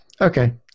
Okay